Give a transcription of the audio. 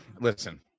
listen